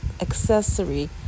Accessory